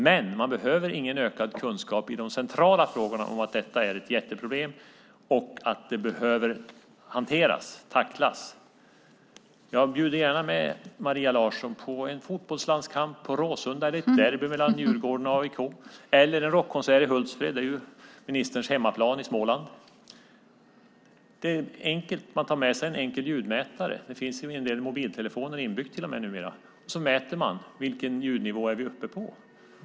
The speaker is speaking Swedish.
Men man behöver ingen ökad kunskap i de centrala frågorna, nämligen att detta är ett jätteproblem och att det behöver tacklas. Jag bjuder gärna med Maria Larsson på en fotbollslandskamp på Råsunda, ett derby mellan Djurgården och AIK eller en rockkonsert i Hultsfred på ministerns hemmaplan i Småland. Man kan enkelt ta med sig en ljudmätare. De finns till och med inbyggda i en del mobiltelefoner numera. Så mäter man vilken ljudnivå man är uppe på.